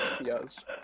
Yes